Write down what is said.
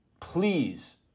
Please